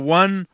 one